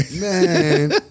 Man